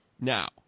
Now